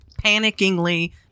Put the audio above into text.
panickingly